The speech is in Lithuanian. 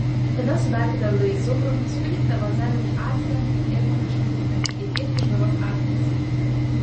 tada suberkite rudąjį cukrų supilkite balzaminį actą ir patroškinkite iki išgaruos actas